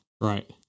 Right